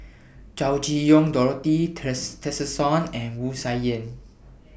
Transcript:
Chow Chee Yong Dorothy Tessensohn and Wu Tsai Yen